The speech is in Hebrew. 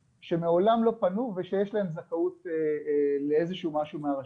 שמעולם לא פנו ושיש להם זכאות לאיזה שהוא משהו מהרשות.